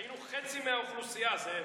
היינו חצי מהאוכלוסייה, זאב,